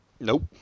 Nope